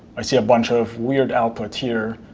i see a bunch of weird output here.